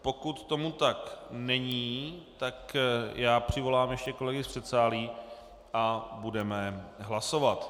Pokud tomu tak není, tak já přivolám ještě kolegy z předsálí a budeme hlasovat.